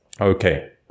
okay